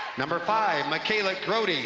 number five, makayla grote